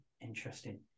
Interesting